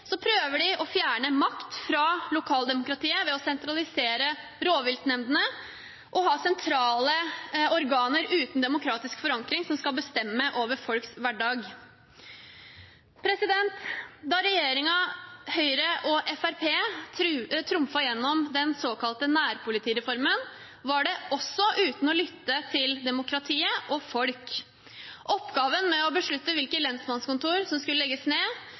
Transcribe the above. prøver de å fjerne makt fra lokaldemokratiet ved å sentralisere rovviltnemndene og ha sentrale organer uten demokratisk forankring som skal bestemme over folks hverdag. Da regjeringen, Høyre og Fremskrittspartiet, trumfet igjennom den såkalte nærpolitireformen, var det også uten å lytte til demokratiet og folk. Oppgaven med å beslutte hvilke lensmannskontor som skulle legges ned,